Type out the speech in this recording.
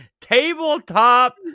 tabletop